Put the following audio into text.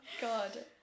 god